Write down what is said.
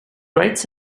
rights